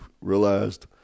realized